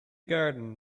garden